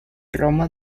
roma